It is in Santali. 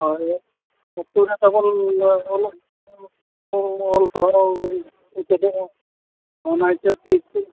ᱦᱳᱭ ᱟᱛᱳ ᱨᱮ ᱛᱟᱵᱚᱱ ᱚᱞᱚᱜ ᱠᱚ ᱚᱞ ᱯᱟᱲᱦᱟᱣ ᱵᱚᱱ ᱪᱮᱫᱚᱜᱼᱟ ᱚᱱᱟ ᱦᱤᱥᱟᱹᱵ ᱛᱮ ᱥᱠᱩᱞ